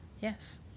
Yes